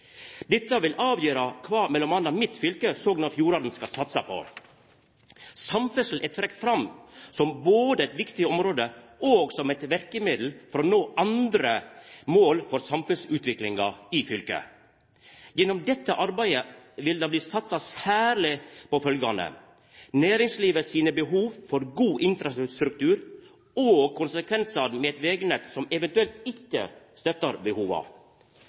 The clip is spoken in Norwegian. Dette vil avgjera kva m.a. mitt fylke, Sogn og Fjordane, skal satsa på. Samferdsel er trekt fram som eit viktig område og som eit verkemiddel for å nå andre mål for samfunnsutviklinga i fylket. Gjennom dette arbeidet vil det bli satsa særleg på følgjande: Næringslivet sine behov for god infrastruktur og konsekvensane med eit vegnett som eventuelt ikkje stettar behova.